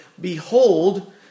behold